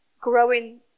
growing